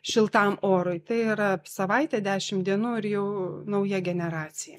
šiltam orui tai yra savaitė dešimt dienų ir jau nauja generacija